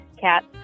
cats